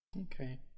Okay